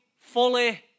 fully